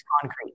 concrete